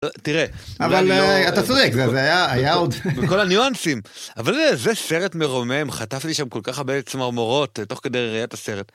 תראה אבל אתה צודק זה זה היה היה עוד כל הניואנסים אבל אה זה סרט מרומם, חטפתי שם כל כך הרבה צמרמורות תוך כדי ראיית הסרט.